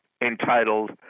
entitled